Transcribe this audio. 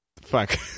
Fuck